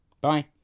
Bye